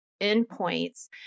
endpoints